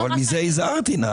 מזה הזהרתי.